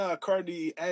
Cardi